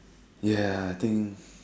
ya I think